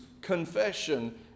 confession